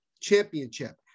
Championship